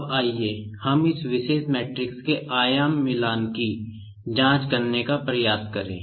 अब आइए हम इस विशेष मैट्रिक्स के आयाम मिलान की जांच करने का प्रयास करें